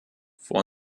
vor